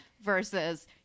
Versus